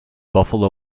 buffalo